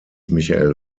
michael